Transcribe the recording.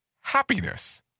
happiness